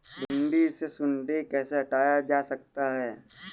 भिंडी से सुंडी कैसे हटाया जा सकता है?